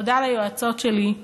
ותודה ליועצות שלי,